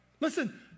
Listen